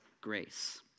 grace